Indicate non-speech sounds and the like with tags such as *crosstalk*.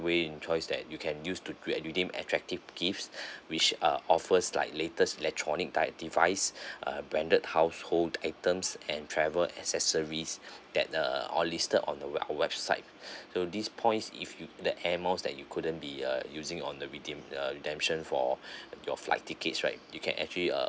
way in choice that you can use to cre~ uh redeem attractive gifs *breath* which are offers like latest electronic like device *breath* err branded household items and travel accessories *breath* that uh on listed on the web~ website *breath* so these points if you the air miles that you couldn't be uh using on the redeem err redemption for *breath* your flight tickets right you can actually uh